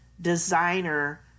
designer